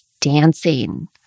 dancing